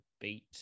beat